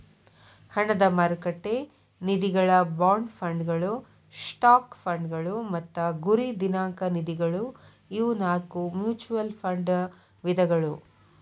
ಹಣದ ಮಾರುಕಟ್ಟೆ ನಿಧಿಗಳ ಬಾಂಡ್ ಫಂಡ್ಗಳ ಸ್ಟಾಕ್ ಫಂಡ್ಗಳ ಮತ್ತ ಗುರಿ ದಿನಾಂಕ ನಿಧಿಗಳ ಇವು ನಾಕು ಮ್ಯೂಚುಯಲ್ ಫಂಡ್ ವಿಧಗಳ